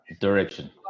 direction